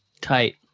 Tight